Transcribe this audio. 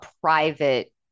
private